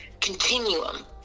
continuum